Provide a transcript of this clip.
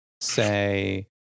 say